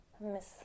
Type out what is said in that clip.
miss